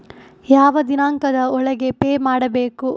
ಯಾವ ದಿನಾಂಕದ ಒಳಗೆ ಪೇ ಮಾಡಬೇಕು?